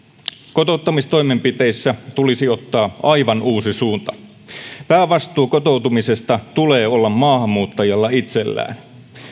kotouttamistoimenpiteissä tulisi ottaa aivan uusi suunta päävastuu kotoutumisesta tulee olla maahanmuuttajalla itsellään